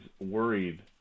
worried